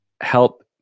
help